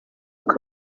uko